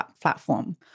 platform